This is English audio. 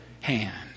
hand